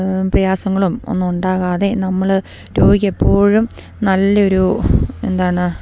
പ്രയാസങ്ങളുമൊന്നും ഉണ്ടാകാതെ നമ്മള് രോഗി എപ്പോഴും നല്ലൊരു എന്താണ്